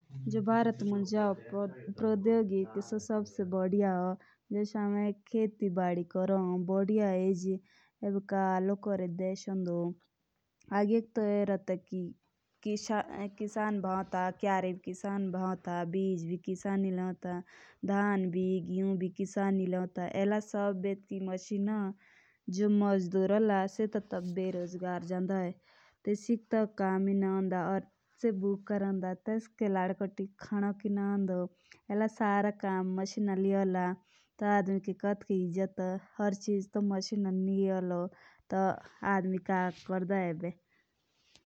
जस भारत मुंज होन सो पारोधोगी सबसे बढ़िया होन.जस हमें खेतो बड़ी करू तो का होन पोहिले तो किशन अपुई भाओन ता खेत या ईब मशीनो गी आई। बिज भी आपुई लाँन ता या एला सब चीज़ की मशीन लगी आई। तो जब किशनोक रोजगार नू भेटला तो किशा भूले नी मोर्डे।